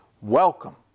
Welcome